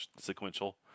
sequential